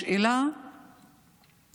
השאלה היא